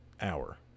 hour